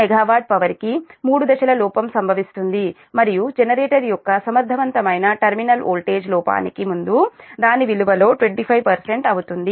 u MW power కి మూడు దశల లోపం సంభవిస్తుంది మరియు జనరేటర్ యొక్క సమర్థవంతమైన టెర్మినల్ వోల్టేజ్ లోపానికి ముందు దాని విలువలో 25 అవుతుంది